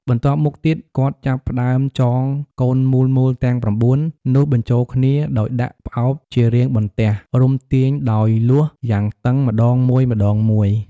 បន្ទាប់មកទៀតគាត់ចាប់ផ្តើមចងកូនមូលៗទាំង៩នោះបញ្ជូលគ្នាដោយដាក់ផ្អោបជារាងបន្ទះ រុំទាញដោយលួសយ៉ាងតឹងម្តងមួយៗ។